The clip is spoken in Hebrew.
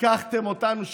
לקחתם אותנו שאולה,